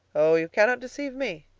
oh! you cannot deceive me,